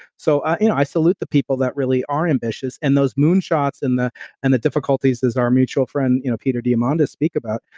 so i salute the people that really are ambitious and those moon shots and the and the difficulties as our mutual friend, you know peter diamandis speaks about.